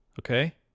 okay